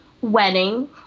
wedding